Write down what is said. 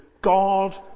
God